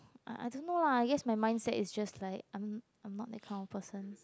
uh I don't know lah I guess my mindset is just like I'm I'm not that kind of person